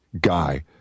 guy